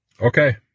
Okay